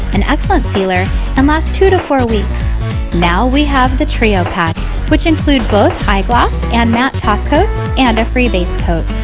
an excellent sealer and lasts two to four weeks now we have the trio pack which include both high gloss and matte top coats and a free base coat.